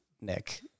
Nick